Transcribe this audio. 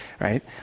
right